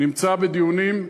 נמצא בדיונים,